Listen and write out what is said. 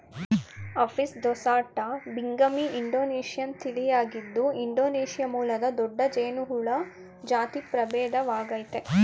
Apis ದೊರ್ಸಾಟಾ ಬಿಂಗಮಿ Indonesian ತಳಿಯಾಗಿದ್ದು ಇಂಡೊನೇಶಿಯಾ ಮೂಲದ ದೊಡ್ಡ ಜೇನುಹುಳ ಜಾತಿ ಪ್ರಭೇದವಾಗಯ್ತೆ